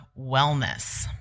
wellness